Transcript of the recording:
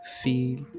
feel